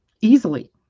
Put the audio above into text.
easily